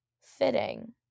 fitting